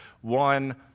one